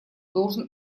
должен